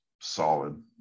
solid